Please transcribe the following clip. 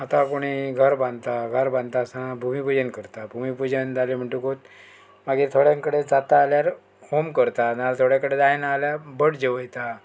आतां कोणीय घर बांदता घर बांदता आसतना भुमी पुजन करता भुमी पुजन जालें म्हणटकूत मागीर थोड्यां कडेन जाता जाल्यार होम करता नाल्यार थोडे कडेन जायना जाल्यार भट जेवयता